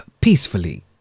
peacefully